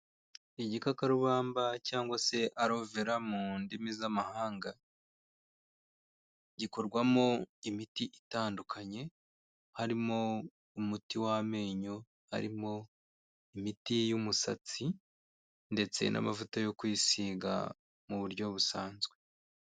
Igikakarubamba cyangwa se arovera mu ndimi z'amahanga, gikorwamo imiti itandukanye, harimo umuti w'amenyo, harimo imiti y'umusatsi ndetse n'amavuta yo kwisiga mu buryo busanzwe.